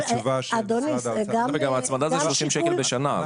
גם ההצמדה זה 30 שקל בשנה.